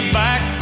back